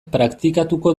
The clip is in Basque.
praktikatuko